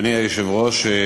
אדוני היושב-ראש,